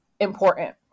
important